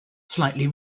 slightly